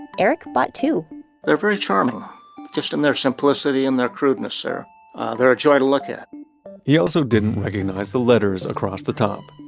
eric bought two they're very charming just in their simplicity, in their crudeness there. they're a joy to look at he also didn't recognize the letters across the top.